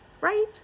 right